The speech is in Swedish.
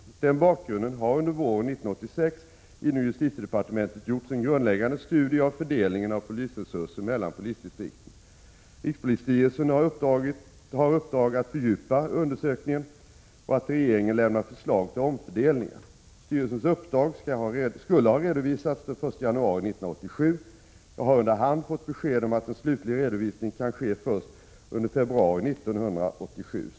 Mot denna bakgrund har under våren 1986 inom justitiedepartementet gjorts en grundläggande studie av fördelningen av polisresurser mellan polisdistrikten. Rikspolisstyrelsen har i uppdrag att fördjupa undersökningen och att till regeringen lämna förslag till omfördelningar. Styrelsens uppdrag skulle ha redovisats den 1 januari 1987. Jag har under hand fått besked om att en slutlig redovisning kan ske först under februari 1987.